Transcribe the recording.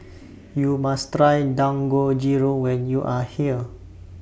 YOU must Try Dangojiru when YOU Are here